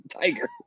Tiger